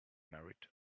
married